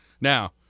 Now